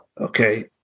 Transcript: Okay